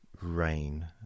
Rain